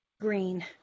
green